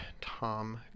Tom